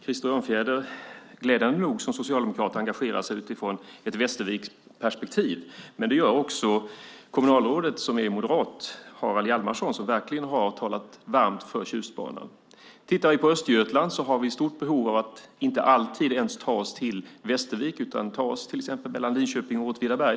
Krister Örnfjäder som socialdemokrat engagerar sig glädjande nog utifrån ett Västerviksperspektiv, och det gör också kommunalrådet Harald Hjalmarsson som är moderat. Han har verkligen talat varmt om Tjustbanan. I Östergötland har vi inte alltid behov av att ta oss till Västervik, utan vi har stort behov av att till exempel ta oss mellan Linköping och Åtvidaberg.